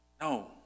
No